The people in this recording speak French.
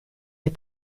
des